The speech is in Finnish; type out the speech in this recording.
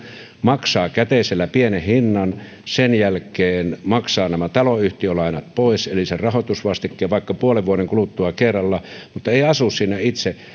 maksaa käteisellä pienen hinnan sen jälkeen maksaa nämä taloyhtiölainat pois eli sen rahoitusvastikkeen vaikka puolen vuoden kuluttua kerralla mutta ei asu siinä itse